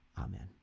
Amen